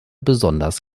besonders